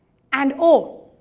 and oh!